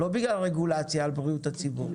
לא בגלל רגולציה על בריאות הציבור,